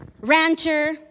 rancher